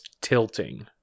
tilting